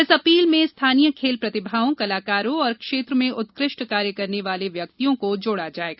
इस अपील में स्थानीय खेल प्रतिभाओं कलाकारों एवं क्षेत्र में उत्कृष्ट कार्य करने वाले व्यक्तियों को जोड़ा जायेगा